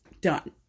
done